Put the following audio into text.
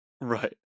Right